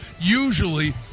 Usually